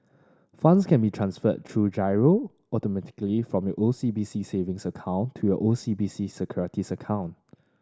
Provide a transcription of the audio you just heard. funds can be transferred through giro automatically from your O C B C savings account to your O C B C Securities account